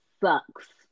sucks